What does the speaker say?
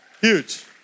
Huge